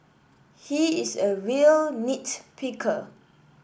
he is a real nit picker